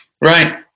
Right